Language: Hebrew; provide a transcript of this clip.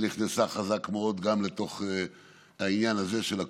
שנכנסה חזק מאוד גם לתוך העניין הזה של הקורונה,